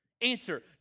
Answer